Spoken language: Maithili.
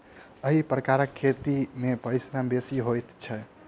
एहि प्रकारक खेती मे परिश्रम बेसी होइत छै